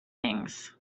things